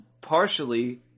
partially –